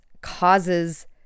causes